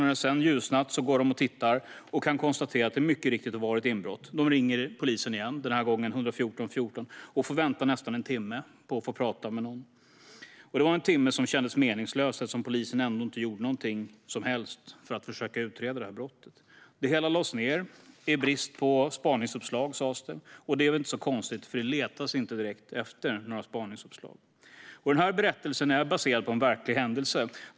När det ljusnat går de och tittar och kan konstatera att det mycket riktigt har varit inbrott. De ringer polisen igen, denna gång 114 14, och får vänta nästan en timme på att få prata med någon. Det var en timme som kändes meningslös eftersom polisen ändå inte gjorde något som helst för att försöka utreda brottet. Det hela lades ned - i brist på spaningsuppslag, sas det. Och det är väl inte så konstigt, för det letades inte direkt efter några spaningsuppslag. Den här berättelsen är baserad på en verklig händelse.